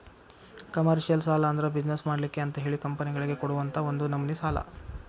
commercial ಸಾಲಾ ಅಂದ್ರ business ಮಾಡ್ಲಿಕ್ಕೆ ಅಂತಹೇಳಿ ಕಂಪನಿಗಳಿಗೆ ಕೊಡುವಂತಾ ಒಂದ ನಮ್ನಿ ಸಾಲಾ